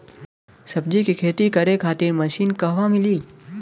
सब्जी के खेती करे खातिर मशीन कहवा मिली?